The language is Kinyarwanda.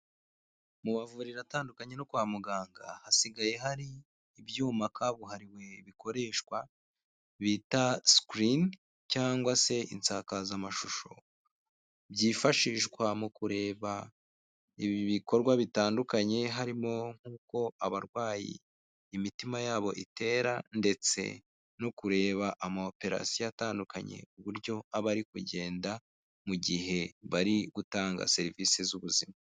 Mu mavuriro atandukanye no kwa muganga hasigaye hari ibyuma kabuhariwe bikoreshwa bita screen cyangwa se isakazamashusho byifashishwa mu kureba ibi bikorwa bitandukanye harimo nk'uko abarwayi imitima yabo itera ndetse no kureba amaoperasiyo atandukanye uburyo aba arikugenda mu gihe barigutanga serivisi z'ubuzima.